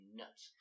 nuts